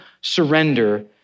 surrender